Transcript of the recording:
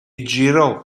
girò